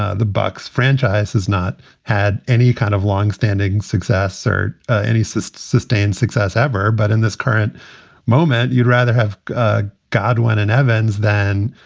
ah the bucs franchise has not had any kind of longstanding success or any sustained sustained success ever. but in this current moment, you'd rather have ah godwin and evans than,